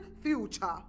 future